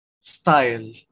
style